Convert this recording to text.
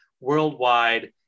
worldwide